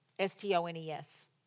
S-T-O-N-E-S